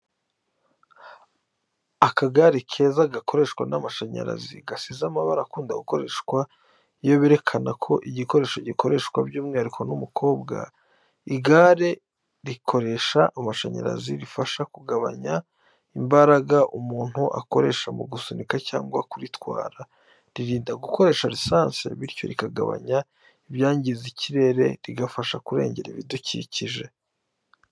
Akagare keza gakoreshwa n'amashanyarazi gasize amabara akunda gukoreshwa iyo berekana ko igikoresho gikoreshwa by'umwihariko n'umukobwa. Igare rikoresha amashanyarazi rifasha kugabanya imbaraga umuntu akoresha mu gusunika cyangwa kuritwara. Ririnda gukoresha lisansi, bityo rikagabanya ibyangiza ikirere, rigafasha kurengera ibidukikije.